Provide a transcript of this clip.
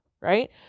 Right